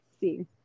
see